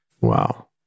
Wow